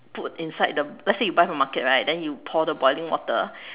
put inside the let's say you buy from market right then you pour the boiling water